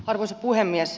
arvoisa puhemies